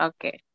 Okay